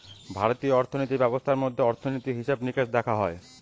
ভারতীয় অর্থিনীতি ব্যবস্থার মধ্যে অর্থনীতি, হিসেবে নিকেশ দেখা হয়